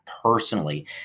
personally